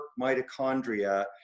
mitochondria